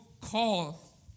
call